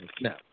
No